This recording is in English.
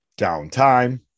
downtime